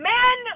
Men